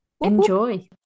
Enjoy